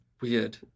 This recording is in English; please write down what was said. Weird